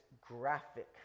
graphic